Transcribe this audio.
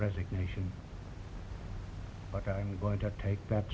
resignation but i'm going to take that